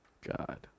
God